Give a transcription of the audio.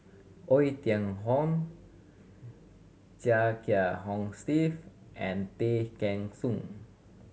Oei Tiong Ham Chia Kiah Hong Steve and Tay Kheng Soon